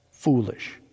foolish